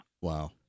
Wow